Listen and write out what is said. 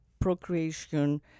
procreation